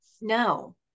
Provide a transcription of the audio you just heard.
no